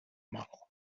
model